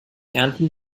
ernten